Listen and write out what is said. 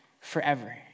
forever